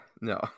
No